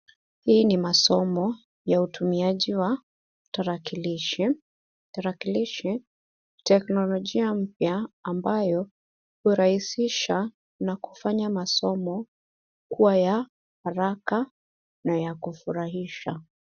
Hii ni masomo ya utumiaji wa tarakilishi. Tarakilishi , teknolojia mpya ambayo hurahisisha na kufanya masomo kuwa ya haraka na ya kufurahisha.